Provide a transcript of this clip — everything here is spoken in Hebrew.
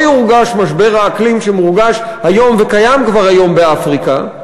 יורגש משבר האקלים שמורגש היום וקיים כבר היום באפריקה,